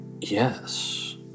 Yes